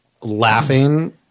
laughing